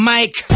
Mike